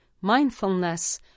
Mindfulness